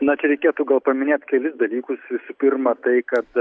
na čia reikėtų paminėt kelis dalykus visų pirma tai kad